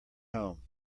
home